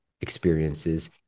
experiences